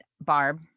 Barb